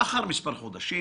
לאחר מספר חודשים,